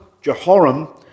Jehoram